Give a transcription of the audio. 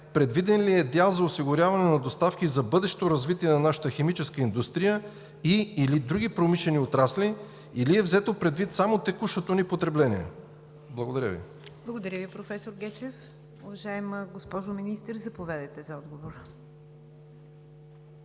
предвиден ли е дял за осигуряване на доставки за бъдещо развитие на нашата химическа индустрия и/или други промишлени отрасли, или е взето предвид само текущото ни потребление? Благодаря Ви. ПРЕДСЕДАТЕЛ НИГЯР ДЖАФЕР: Благодаря Ви, професор Гечев. Уважаема госпожо Министър, заповядайте за отговор.